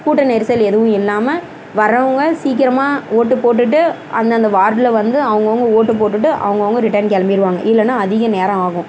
கூட்ட நெரிசல் எதுவும் இல்லாமல் வர்றவங்க சீக்கிரமாக ஓட்டு போட்டுட்டு அந்தந்த வார்டில் வந்து அவங்கவுங்க ஓட்டு போட்டுவிட்டு அவங்கவுங்க ரிட்டர்ன் கிளம்பிருவாங்க இல்லைனா அதிக நேரம் ஆகும்